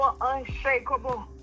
unshakable